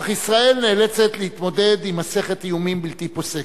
אך ישראל נאלצת להתמודד עם מסכת איומים בלתי פוסקת.